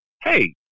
Hey